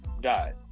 Died